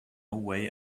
way